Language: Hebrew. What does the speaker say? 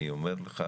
אני אומר לך